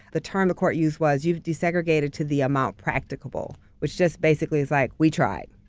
the term the court used was you've desegregated to the amount practicable, which just basically is like we tried.